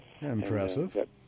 Impressive